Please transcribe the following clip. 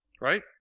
right